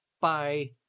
Bye